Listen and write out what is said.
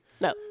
no